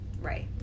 Right